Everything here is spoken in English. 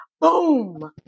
boom